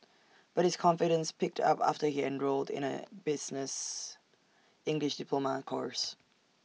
but his confidence picked up after he enrolled in A business English diploma course